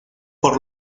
por